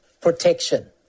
protection